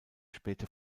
späte